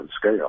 scale